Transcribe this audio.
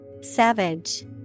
Savage